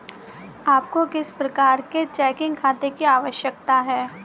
आपको किस प्रकार के चेकिंग खाते की आवश्यकता है?